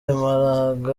maraga